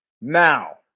Now